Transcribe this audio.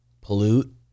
pollute